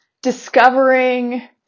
discovering